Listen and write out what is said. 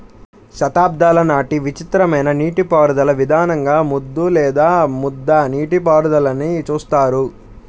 శతాబ్దాల నాటి విచిత్రమైన నీటిపారుదల విధానంగా ముద్దు లేదా ముద్ద నీటిపారుదలని చూస్తారు